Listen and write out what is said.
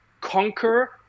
conquer